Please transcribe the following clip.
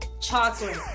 Chocolate